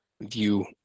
view